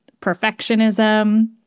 perfectionism